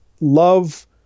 love